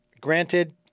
granted